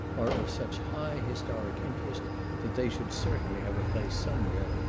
are of such high historic interest that they should certainly have a place somewhere,